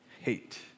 hate